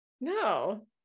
No